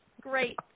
great